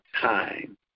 time